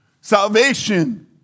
salvation